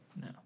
No